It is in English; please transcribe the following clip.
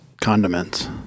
condiments